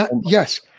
Yes